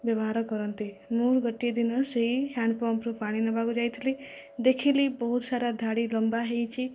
ବ୍ୟବହାର କରନ୍ତି ମୁଁ ଗୋଟିଏ ଦିନ ସେଇ ହ୍ୟାଣ୍ଡ୍ପମ୍ପ୍ରୁ ପାଣି ନେବାକୁ ଯାଇଥିଲି ଦେଖିଲି ବହୁତ ସାରା ଧାଡ଼ି ଲମ୍ବା ହେଇଛି